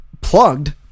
plugged